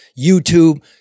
YouTube